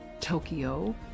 Tokyo